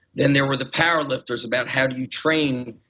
then there were the power lifters about how do you train.